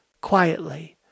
quietly